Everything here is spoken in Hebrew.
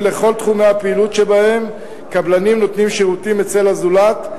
על כל תחומי הפעילות שבהם קבלנים נותנים שירותים אצל הזולת,